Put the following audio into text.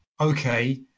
okay